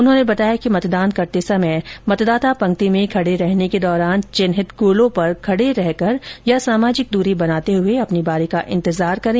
उन्होंने बताया कि मतदान करते समय मतदाता पंक्ति में खड़े रहने के दौरान चिह्नित गोलों पर खड़े रहकर या सामाजिक दूरी बनाते हुए अपनी बारी का इंतजार करें